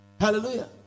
Hallelujah